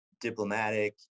diplomatic